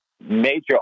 major